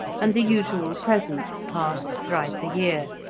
and the usual presents passed thrice a year,